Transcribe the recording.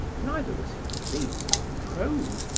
neither was he pleased, in prose,